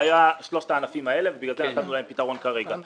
היו בשלושת הענפים האלה ולכן נתנו להם פתרון כרגע.